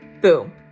boom